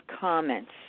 comments